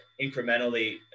incrementally